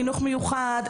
חינוך מיוחד,